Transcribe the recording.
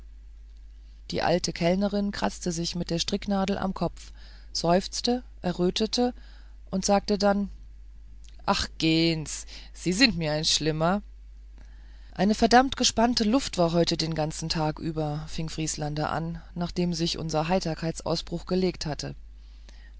die alte kellnerin kratzte sich mit der stricknadel am kopf seufzte errötete und sagte aber gähn sie sie sind mir ein schlimmer eine verdammt gespannte luft war heute den ganzen tag über fing vrieslander an nachdem sich unser heiterkeitsausbruch gelegt hatte